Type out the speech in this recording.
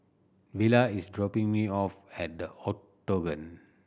Villa is dropping me off at The Octagon